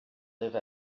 live